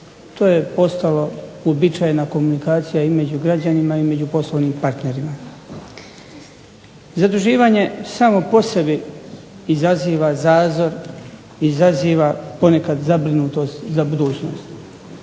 To je postalo uobičajena komunikacija i među građanima i među poslovnim partnerima. Zaduživanje samo po sebi izaziva zazor, izaziva ponekad zabrinutost za budućnost.